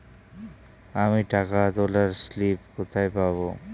আমি টাকা তোলার স্লিপ কোথায় পাবো?